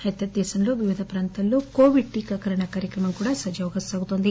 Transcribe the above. అయితే దేశంలో వివిధ ప్రాంతాలలో కోవిడ్ టీకాకరణ కార్యక్రమం సజావుగా సాగుతోంది